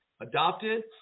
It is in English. adopted